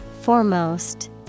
Foremost